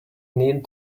need